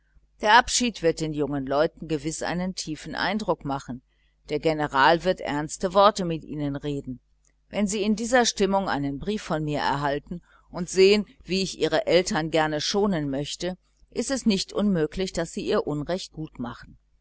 der abschied wird den jungen leuten gewiß einen tiefen eindruck machen der general wird ernste worte mit ihnen reden wenn sie in dieser stimmung einen brief von mir erhalten und sehen wie ich ihre eltern gerne schonen möchte ist es nicht unmöglich daß sie ihr unrecht wieder gut machen